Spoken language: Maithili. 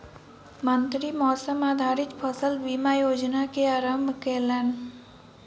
मंत्री मौसम आधारित फसल बीमा योजना के आरम्भ केलैन